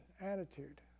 attitude